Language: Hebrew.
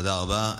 תודה רבה.